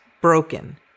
broken